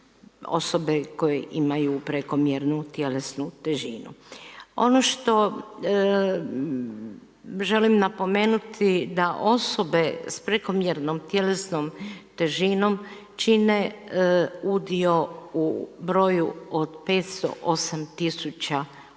osobe koje imaju prekomjernu tjelesnu težinu. Ono što želim napomenuti da osobe s prekomjernom tjelesnom težinom čine udio u broju od 508 tisuća osoba